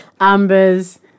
amber's